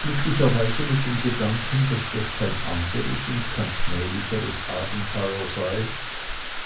glücklicherweise mit dem gedanken daß das kein anderes und kein schmählicheres abenteuer sei